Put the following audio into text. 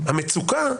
המצוקה,